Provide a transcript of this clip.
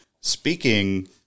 speaking